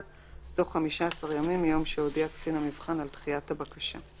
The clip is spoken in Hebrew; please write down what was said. בתוך 15 ימים מיום שהודיע קצין המבחן על דחיית הבקשה.